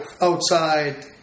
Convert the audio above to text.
outside